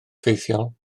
ffeithiol